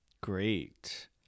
Great